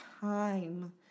time